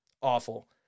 awful